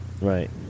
right